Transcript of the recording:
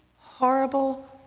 horrible